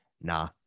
nah